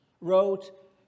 wrote